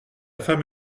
femme